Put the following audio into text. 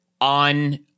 On